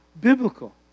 biblical